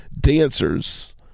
dancers